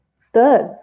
studs